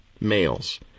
males